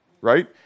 right